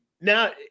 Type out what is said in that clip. now